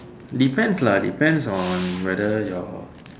depends lah depends on whether your